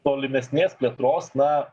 tolimesnės plėtros na